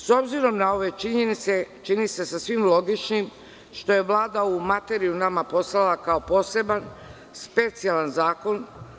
S obzirom na ove činjenice, čini se sasvim logičnim što je Vlada ovu materiju nama poslala kao poseban specijalan zakon.